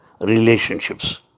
relationships